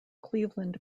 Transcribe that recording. cleveland